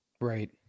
Right